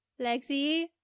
Lexi